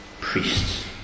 priests